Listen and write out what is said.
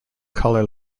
collar